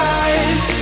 eyes